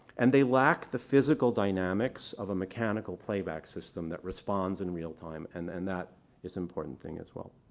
and they lack the physical dynamics of a mechanical playback system that responds in real time and and that is an important thing as well.